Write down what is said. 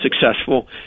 successful